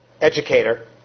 educator